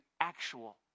actual